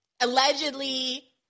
Allegedly